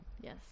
Yes